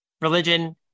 religion